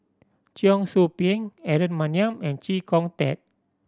Cheong Soo Pieng Aaron Maniam and Chee Kong Tet